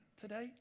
today